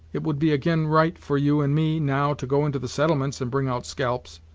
it would be ag'in right for you and me now, to go into the settlements and bring out scalps,